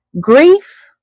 grief